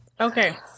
Okay